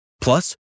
Plus